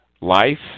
life